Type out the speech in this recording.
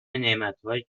نعمتهایی